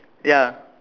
ya